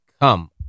come